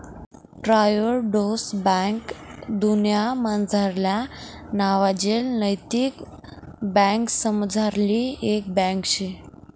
Triodos bank दुन्यामझारल्या नावाजेल नैतिक बँकासमझारली एक बँक शे